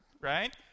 Right